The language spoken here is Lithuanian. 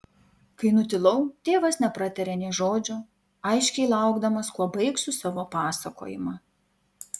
kai nutilau tėvas nepratarė nė žodžio aiškiai laukdamas kuo baigsiu savo pasakojimą